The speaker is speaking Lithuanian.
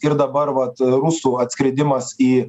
ir dabar vat rusų atskridimas į